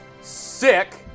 sick